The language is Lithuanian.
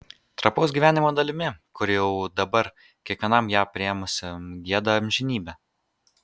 trapaus gyvenimo dalimi kuri jau dabar kiekvienam ją priėmusiam gieda amžinybę